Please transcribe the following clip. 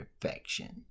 perfection